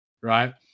right